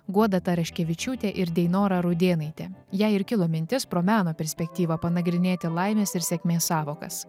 guoda taraškevičiūtė ir deinora rudėnaitė jai ir kilo mintis pro meno perspektyvą panagrinėti laimės ir sėkmės sąvokas